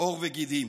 עור וגידים.